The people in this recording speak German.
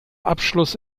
abschluss